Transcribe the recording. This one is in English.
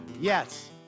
yes